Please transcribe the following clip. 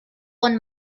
con